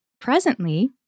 presently